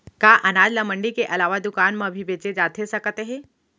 का अनाज ल मंडी के अलावा दुकान म भी बेचे जाथे सकत हे?